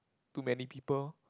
too many people